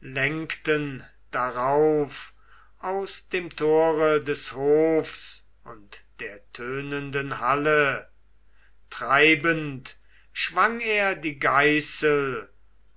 lenkten darauf aus dem tore des hofs und der tönenden halle treibend schwang er die geißel